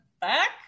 back